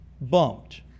bumped